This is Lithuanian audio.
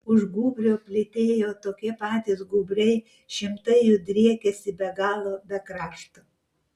už gūbrio plytėjo tokie patys gūbriai šimtai jų driekėsi be galo be krašto